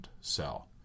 cell